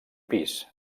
pis